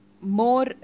more